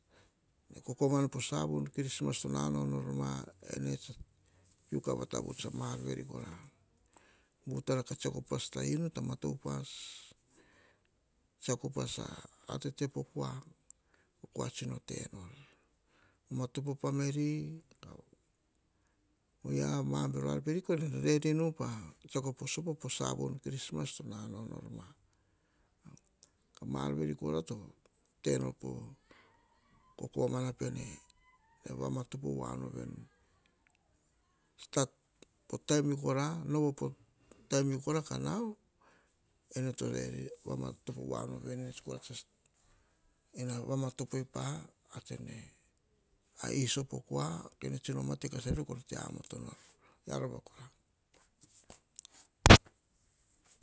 Kokomana po sowun krisma to nanao nor ma ene tsa kuu kavatavuts ai ma ar buar veri, kora butara ta tsiako ta inu vanta mata uas. Tsiako upas a ar tete po kua, ko kua tsino tenor. Vamatatopo o family, oyia ma bero ar mene reri pa tsiako sopo po savun krisma to nanao nor ma ka ma ar buar veri kora to tenor po kokomana pene nene vamatopo voa nu veni stat po taim vi ka nao. Novo po taim vi ka nao, ene to vamatopo voa nuveni ene kora tsa vamotopoi pa ar tsene a iso po kua, kene tsino mate kas arior kor te omoto nor. Via rova kora.